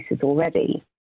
already